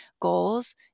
goals